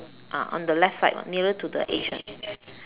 ah on the left side nearer to the edge lah